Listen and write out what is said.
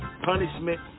punishment